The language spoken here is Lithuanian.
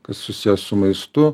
kas susiję su maistu